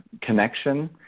connection